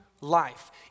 life